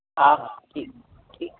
हा हा ठीकु आहे ठीकु